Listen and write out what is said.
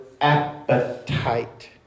appetite